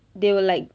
they will like